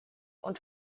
und